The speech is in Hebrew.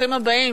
ברוכים הבאים.